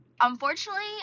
unfortunately